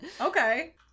Okay